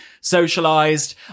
socialized